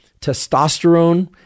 testosterone